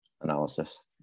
analysis